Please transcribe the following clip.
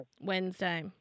Wednesday